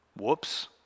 Whoops